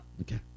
okay